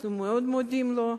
אנחנו מאוד מודים לו.